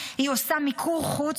היא עושה מיקור חוץ,